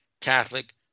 Catholic